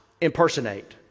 impersonate